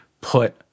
put